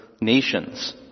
nations